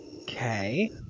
Okay